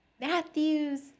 Matthew's